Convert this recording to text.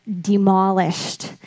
demolished